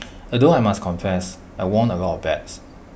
although I must confess I won A lot of bets